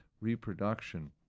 reproduction